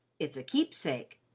it's a keepsake.